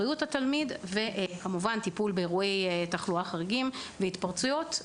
בריאות התלמיד וטיפול באירועי תחלואה חריגים והתפרצויות.